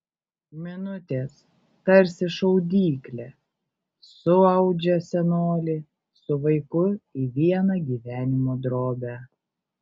minutės tarsi šaudyklė suaudžia senolį su vaiku į vieną gyvenimo drobę